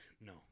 No